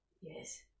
Yes